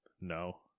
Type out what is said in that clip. No